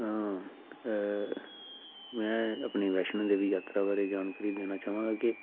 ਮੈਂ ਆਪਣੀ ਵੈਸ਼ਨੋ ਦੇਵੀ ਯਾਤਰਾ ਬਾਰੇ ਜਾਣਕਾਰੀ ਦੇਣਾ ਚਾਹਵਾਂਗਾ ਕਿ